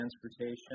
transportation